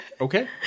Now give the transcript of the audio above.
Okay